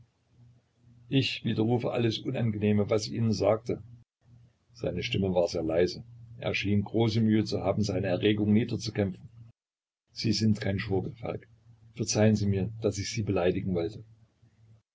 ich widerrufe alles unangenehme was ich ihnen sagte seine stimme war sehr leise er schien große mühe zu haben seine erregung niederzukämpfen sie sind kein schurke falk verzeihen sie mir daß ich sie beleidigen wollte